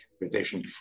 revision